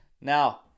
Now